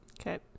Okay